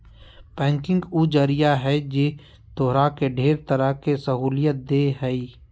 banking उ जरिया है जे तोहरा के ढेर तरह के सहूलियत देह हइ